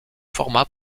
forma